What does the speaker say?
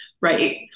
right